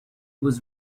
was